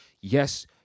yes